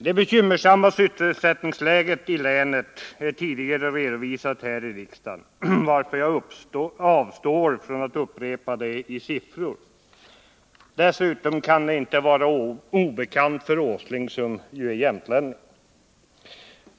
Det bekymmersamma sysselsättningsläget i länet är tidigare redovisat här i riksdagen, varför jag avstår från att upprepa det i siffror. Dessutom kan det inte vara obekant för Nils Åsling, som är jämtlänning.